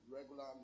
regular